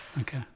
Okay